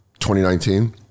2019